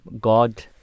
God